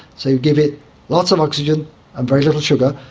so you give it lots of oxygen and very little sugar,